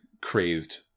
crazed